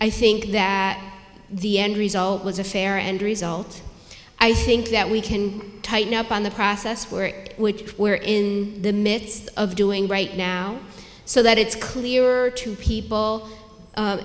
i think that the end result was a fair end result i think that we can tighten up on the process where we're in the midst of doing right now so that it's clearer to people